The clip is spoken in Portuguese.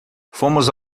fomos